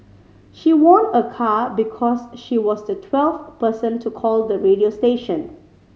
she won a car because she was the twelfth person to call the radio station